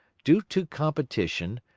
due to competition,